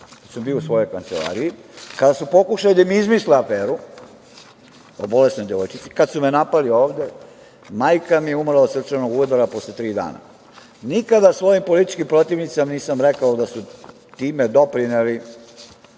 ja sam bio u svojoj kancelariji. Kada su pokušali da mi izmisle aferu o bolesnoj devojčici, kada su me napali ovde, majka mi je umrla od srčanog udara posle tri dana. Nikada svojim političkim protivnicima nisam rekao da su time doprineli.